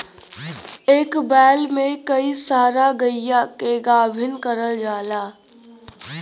एक बैल से कई सारा गइया के गाभिन करल जाला